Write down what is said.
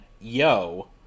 yo